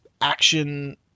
action